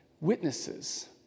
witnesses